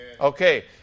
Okay